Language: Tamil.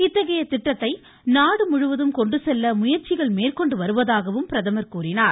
இத்தகைய திட்டத்தை நாடு முழுவதும் கொண்டு செல்ல முயற்சிகள் மேற்கொண்டு வருவதாக கூறினார்